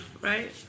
Right